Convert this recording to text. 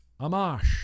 Amash